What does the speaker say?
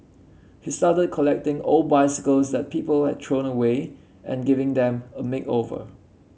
he started collecting old bicycles that people had thrown away and giving them a makeover